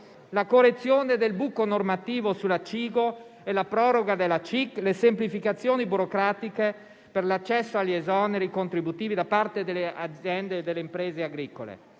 la correzione del buco normativo sulla CIGO e la proroga della CIG, le semplificazioni burocratiche per l'accesso agli esoneri contributivi da parte delle aziende e delle imprese agricole.